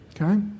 Okay